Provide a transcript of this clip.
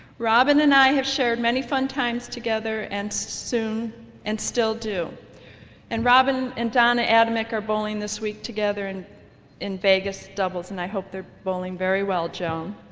robin and i have shared many fun times together and soon and still do and robin and donna adamek are bowling this week together and in vegas doubles and i hope they're bowling very well joan.